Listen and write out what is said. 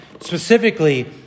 specifically